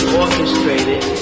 orchestrated